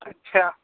अच्छा